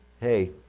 hey